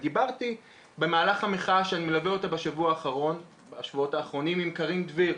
אני מלווה את המחאה בשבועות האחרונים ודיברתי עם קארין דביר,